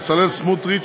בצלאל סמוטריץ,